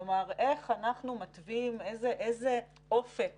כלומר, איזה אופק